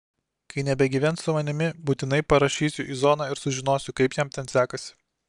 kai nebegyvens su manimi būtinai parašysiu į zoną ir sužinosiu kaip jam ten sekasi